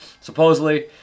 Supposedly